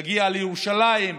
להגיע לירושלים,